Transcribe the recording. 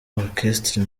orchestre